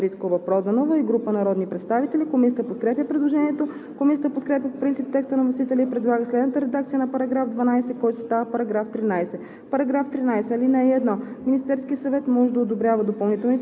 По § 12 има постъпило предложение на народния представител Даниела Анастасова Дариткова-Проданова и група народни представители. Комисията подкрепя предложението. Комисията подкрепя по принцип текста на вносителя и предлага следната редакция на § 12, който става § 13: „§ 13.